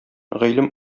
гыйлем